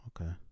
Okay